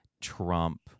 Trump